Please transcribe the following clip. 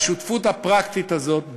השותפות הפרקטית הזאת,